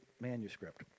manuscript